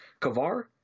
Kavar